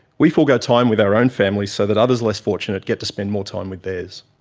we forego time with our own families so that others less fortunate get to spend more time with theirs.